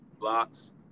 blocks